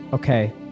Okay